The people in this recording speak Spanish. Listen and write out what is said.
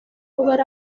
lugar